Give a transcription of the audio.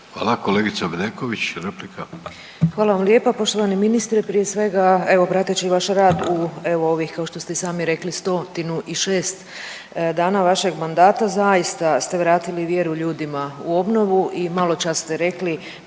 replika. **Bedeković, Vesna (HDZ)** Hvala vam lijepo. Poštovani ministre prije svega evo prateći vaš rad u evo ovih kao što ste i sami rekli 106 dana vašeg mandata zaista ste vratili vjeru ljudima u obnovu i maločas ste rekli